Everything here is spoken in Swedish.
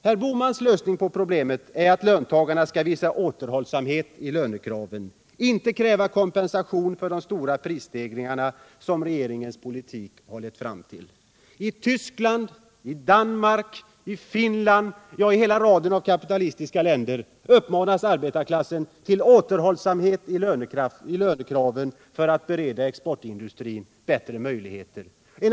Herr Bohmans lösning på problemet är att löntagarna skall visa återhållsamhet i lönekraven och inte kräva kompensation för de stora prisstegringar som regeringens politik har lett fram till. I Tyskland, i Danmark, i Finland, ja i hela raden av kapitalistiska länder uppmanas arbetarklassen till återhållsamhet i lönekraven för att bereda exportindustrin bättre möjligheter.